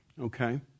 okay